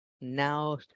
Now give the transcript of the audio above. Now